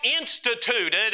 instituted